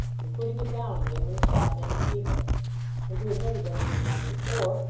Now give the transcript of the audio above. and putting it down again when the shopman see her and who had never done any harm before,